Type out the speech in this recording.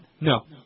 No